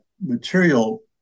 material